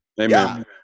Amen